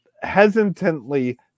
hesitantly